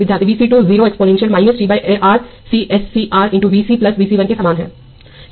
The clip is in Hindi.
विद्यार्थी V c 2 0 exponential t by R C S C R × V c V c 1के समान है